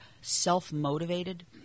self-motivated